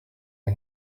iyi